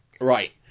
Right